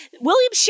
William